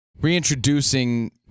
reintroducing